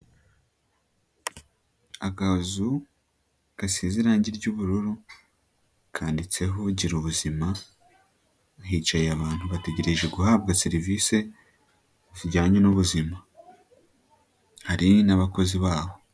Agazu gasize irange ry'ubururu kanditseho girubuzima, hicaye abantu bategereje guhabwa serivisi zijyanye n'ubuzima hari n'abakozi baho.